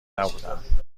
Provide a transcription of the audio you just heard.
نبودهام